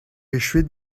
echuet